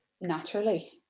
naturally